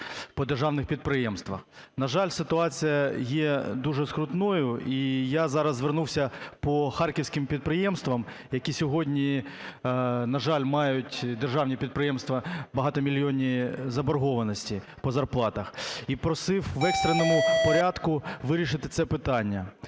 по державних підприємствах. На жаль, ситуація є дуже скрутною. І я зараз звернувся по харківським підприємствам, які сьогодні, на жаль, мають, державні підприємства, багатомільйонні заборгованості по зарплатах, і просив в екстреному порядку вирішити це питання.